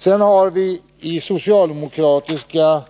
Sedan har vi i socialdemokratiska